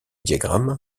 diagrammes